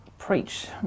preach